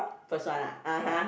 first one ah (uh huh)